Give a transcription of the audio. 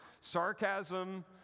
sarcasm